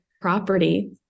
property